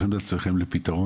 תכינו את עצמכם לפתרון.